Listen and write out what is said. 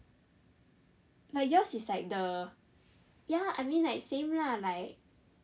like yours is like the ya I mean like same lah